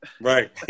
Right